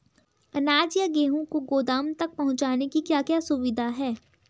अनाज या गेहूँ को गोदाम तक पहुंचाने की क्या क्या सुविधा है?